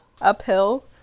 Uphill